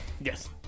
Yes